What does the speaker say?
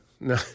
No